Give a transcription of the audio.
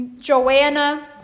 Joanna